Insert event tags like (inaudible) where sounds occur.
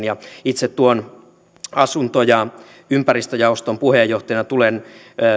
(unintelligible) ja itse tuon asunto ja ympäristöjaoston puheenjohtajana tulen